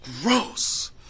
Gross